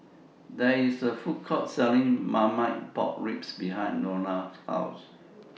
There IS A Food Court Selling Marmite Pork Ribs behind Nora's House